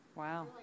wow